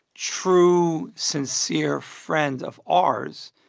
true, sincere friend of ours,